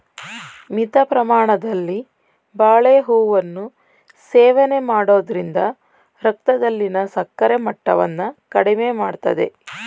ಮಿತ ಪ್ರಮಾಣದಲ್ಲಿ ಬಾಳೆಹೂವನ್ನು ಸೇವನೆ ಮಾಡೋದ್ರಿಂದ ರಕ್ತದಲ್ಲಿನ ಸಕ್ಕರೆ ಮಟ್ಟವನ್ನ ಕಡಿಮೆ ಮಾಡ್ತದೆ